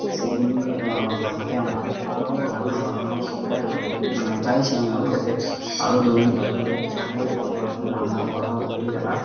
সেইগুলি বাড়িতে আমার আরও হার্বস বাড়ানোর উপায় মানে চাইছি আমি আরও যাতে আরও দৈনিক কাজগুলো ক্ষেত্রে সফল হতে পারি অর্থাৎ রান্না করা রুটি বেলা